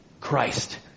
Christ